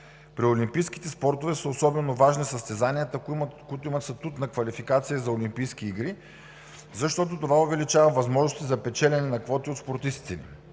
При олимпийските спортове са особено важни състезанията, които имат статут на квалификация за Олимпийски игри, защото това увеличава възможностите за печелене на квоти от спортистите.